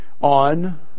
on